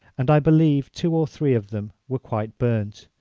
and i believe two or three of them were quite burnt.